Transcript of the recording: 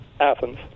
Athens